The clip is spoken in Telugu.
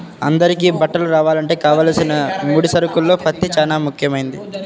అందరికీ బట్టలు రావాలంటే కావలసిన ముడి సరుకుల్లో పత్తి చానా ముఖ్యమైంది